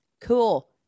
cool